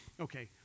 Okay